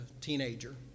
teenager